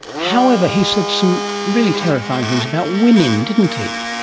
however, he said some really terrifying things about women, didn't he.